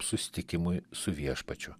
susitikimui su viešpačiu